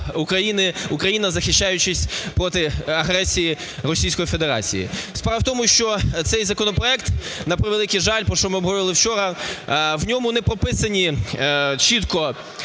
Україна, захищаючись проти агресії Російської Федерації. Справа в тому, що цей законопроект, на превеликий жаль, про що ми обговорювали вчора, в ньому не прописані чітко